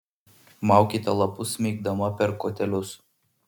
maukite lapus smeigdama per kotelius